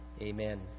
Amen